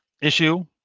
issue